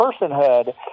personhood